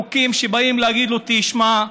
חוקים שבאים להגיד לו: תשמע,